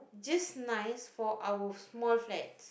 just nice for our small flat